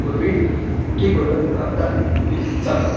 पूर्वी ठीक होतं आत्ता खूप चांगलं आहे